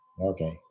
Okay